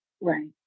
Right